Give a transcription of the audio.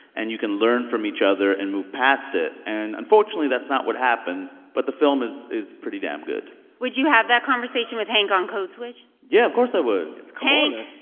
and you can learn from each other and move past it. and unfortunately, that's not what happened. but the film is is pretty damn good would you have that conversation with hank on code switch? yeah, of course i would hank.